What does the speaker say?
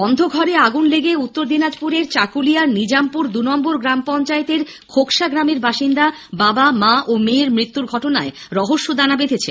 বন্ধ ঘরে আগুন লেগে উত্তর দিনাজপুরের চাকুলিয়ার নিজামপুর দুনম্বর গ্রাম পঞ্চায়েতের খোকসা গ্রামের বাসিন্দা বাবা মা ও মেয়ের মৃত্যুর ঘটনায় রহস্য দানা বেঁধেছে